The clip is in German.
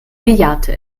bejahte